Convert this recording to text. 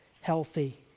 healthy